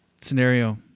scenario